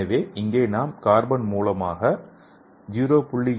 எனவே இங்கே நாம் கார்பன் மூலமாக 0